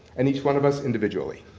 and each one of us individually.